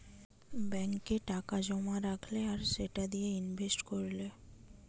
ব্যাংকে টাকা জোমা রাখলে আর সেটা দিয়ে ইনভেস্ট কোরলে